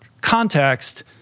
context